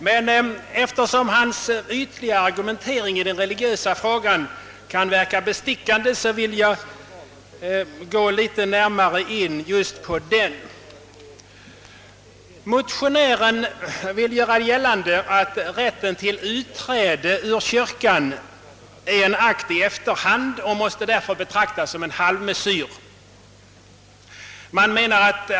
Men eftersom herr Sjöholms ytliga argumentering i den religiösa frågan kan verka bestickande vill jag gå litet närmare in just på den. Motionären vill göra gällande att rätten till utträde ur kyrkan är en akt i efterhand och därför måste betraktas som en halvmesyr.